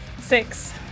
Six